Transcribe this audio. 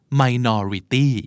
minority